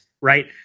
Right